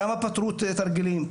כמה פתרו תרגילים,